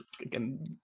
again